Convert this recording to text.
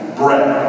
bread